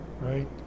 right